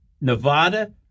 Nevada